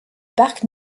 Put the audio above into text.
parc